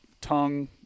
tongue